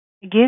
Give